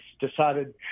decided